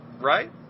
right